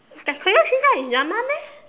the treasure green card is drama meh